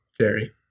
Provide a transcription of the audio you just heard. Jerry